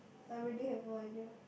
I really have no idea